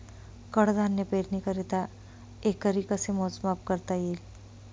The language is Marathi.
कडधान्य पेरणीकरिता एकरी कसे मोजमाप करता येईल?